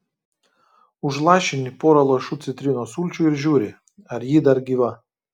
užlašini porą lašų citrinos sulčių ir žiūri ar ji dar gyva